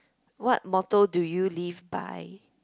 what motto do you live by